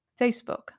Facebook